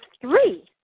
three